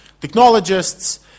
technologists